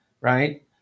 right